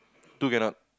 two cannot